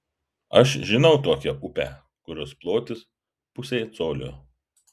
aš žinau tokią upę kurios plotis pusė colio